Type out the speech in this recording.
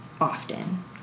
often